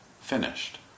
finished